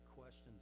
question